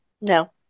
no